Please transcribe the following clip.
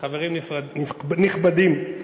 חברים נכבדים,